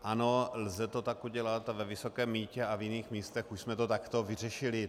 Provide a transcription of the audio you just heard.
Ano, lze to tak udělat a ve Vysokém Mýtě a v jiných místech už jsme to takto vyřešili.